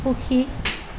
সুখী